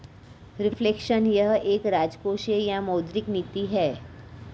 reflection यह एक राजकोषीय या मौद्रिक नीति है